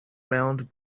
round